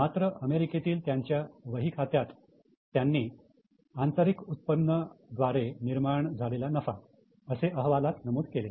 मात्र अमेरिकेतील त्यांच्या वही खात्यात त्यांनी 'आंतरिक उत्पन्ना द्वारे निर्माण झालेला नफा' असे अहवालात नमूद केले